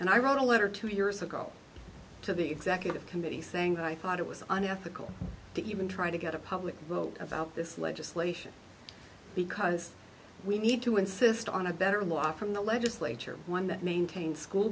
and i wrote a letter two years ago to the executive committee saying that i thought it was unethical to even try to get a public vote about this legislation because we need to insist on a better law from the legislature one that maintains school